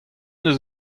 deus